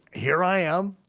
here i am.